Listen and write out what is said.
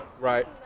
right